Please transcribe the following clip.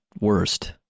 worst